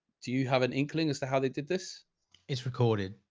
do you have an inkling as to how they did this is recorded.